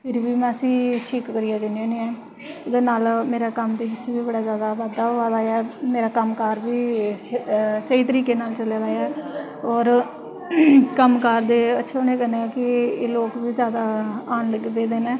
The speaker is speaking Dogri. फिर बी में उस्सी ठीक करियै दिन्नी होन्नी ऐं एह्दे नाल मेरे कम्म दे बिच्च बी बड़ा जादा बाद्धा होई दा ऐ कम्म कार बी स्हेई तरीके नाल चला दा ऐ और कम्म काज दे अच्छे होने नाल लोग बी जादा आन लगी पेदे ने